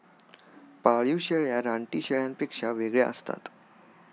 पाळीव शेळ्या रानटी शेळ्यांपेक्षा वेगळ्या असतात